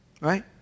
Right